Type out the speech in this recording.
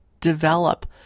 develop